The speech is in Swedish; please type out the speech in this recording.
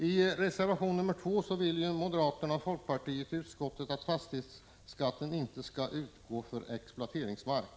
I reservation 2 framför moderaterna och folkpartiet i utskottet åsikten att fastighetsskatt inte skall utgå för exploateringsmark.